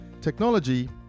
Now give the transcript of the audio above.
technology